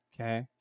Okay